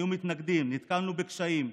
היו מתנגדים, נתקלנו בקשיים.